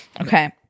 Okay